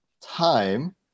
time